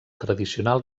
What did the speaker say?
tradicional